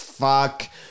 Fuck